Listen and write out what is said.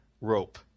rope